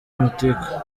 amatiku